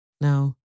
Now